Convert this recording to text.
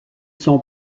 sont